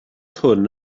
hwn